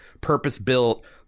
purpose-built